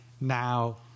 now